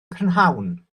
prynhawn